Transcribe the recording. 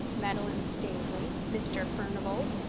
madeline stavely, mr. furnival,